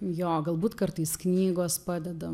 jo galbūt kartais knygos padeda